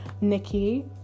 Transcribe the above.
nikki